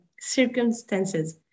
circumstances